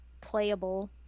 playable